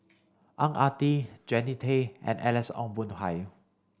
Ang Ah Tee Jannie Tay and Alex Ong Boon Hau